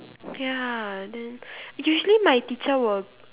ya then usually my teacher will